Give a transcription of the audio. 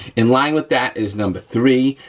in line with that is number three,